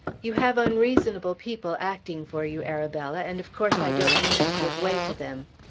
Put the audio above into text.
you have unreasonable people acting for you, arabella, and of course i don't mean to give way to them.